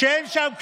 שאין שם כביש?